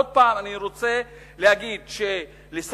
אני רוצה לומר שוב,